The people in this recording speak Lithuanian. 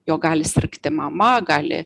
jo gali sirgti mama gali